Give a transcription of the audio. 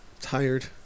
tired